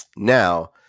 Now